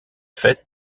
fait